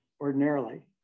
ordinarily